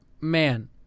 man